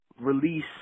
release